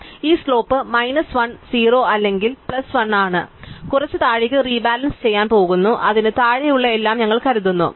അതിനാൽ ഈ slope minus 1 0 അല്ലെങ്കിൽ പ്ലസ് 1 ആണ് ഞങ്ങൾ കുറച്ച് താഴേക്ക് റീബാലൻസിംഗ് ചെയ്യാൻ പോകുന്നു അതിന് താഴെയുള്ള എല്ലാം ഞങ്ങൾ കരുതുന്നു